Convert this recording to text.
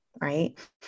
right